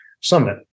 summit